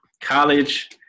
College